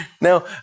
Now